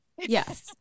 Yes